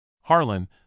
Harlan